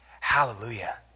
hallelujah